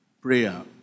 prayer